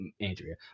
andrea